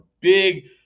big